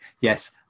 yes